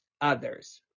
others